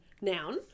noun